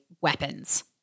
weapons